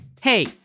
Hey